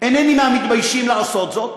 אינני מהמתביישים לעשות זאת,